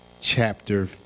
chapter